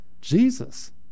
Jesus